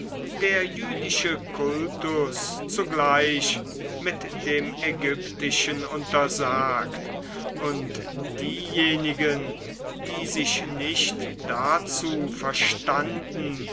der jüdische kultus zugleich mit dem ägyptischen untersagt und diejenigen die sich nicht dazu verstanden